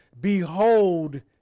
Behold